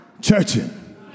churching